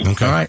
Okay